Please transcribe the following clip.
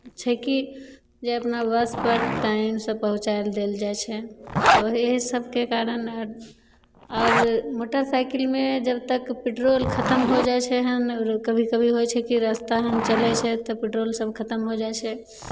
छै की जे अपना बसपर टाइमसँ पहुँचाय देल जाइ छै तऽ ओही सबके कारण आओर मोटरसाइकिलमे जब तक पेट्रोल खतम हो जाइ छै हन कभी कभी होइ छै कि रस्ता हन चलय छै तऽ पेट्रोल सब खतम हो जाइ छै